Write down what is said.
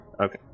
Okay